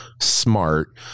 smart